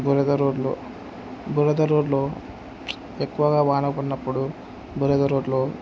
బురద రోడ్లో బురేదా రోడ్లో ఎక్కువగా వాన ఉన్నప్పుడు బురద రోడ్లో